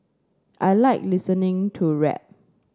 I like listening to rap